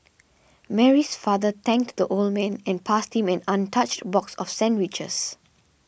Mary's father thanked the old man and passed him an untouched box of sandwiches